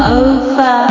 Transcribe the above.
over